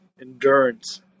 endurance